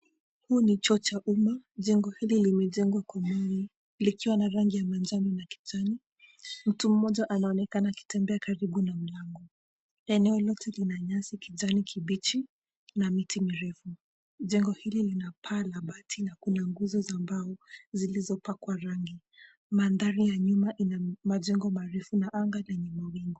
Huu ni choo cha umma. Jengo hili limejengwa kwa mawe likiwa na rangi ya manjano na kijani mtu mmoja anaonekana akitembea karibu na mlango. Eneo lote lina nyasi kijani kibichi na miti mirefu. Jengo hili lina paa la bati na kuna nguzo za mbao zilizopakwa rangi. Mandhari ya nyuma ina majengo marefu na anga lenye mawingu.